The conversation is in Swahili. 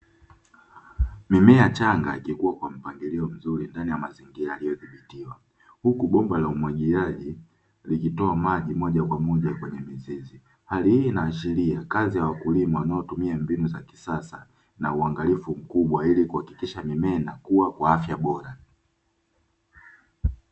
Mimea changa ikikua kwa mpangilio mzuri ndani ya mazingira ndani ya mazingira yaliyodhibitiwa ,huku bomba la umwagiliaji likitoa maji moja kwa moja kwenye mizizi. Hali hii inahashiria kazi ya wakulima wanaotumia mbinu za kisasa na uangalifu mkubwa ili kuhakikisha mimea inakua kwa afya bora.